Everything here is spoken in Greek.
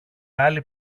άλλοι